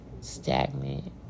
stagnant